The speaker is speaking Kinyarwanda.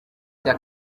cya